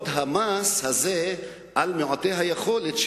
המס הזה על מעוטי היכולת,